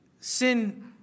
sin